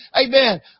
Amen